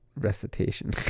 recitation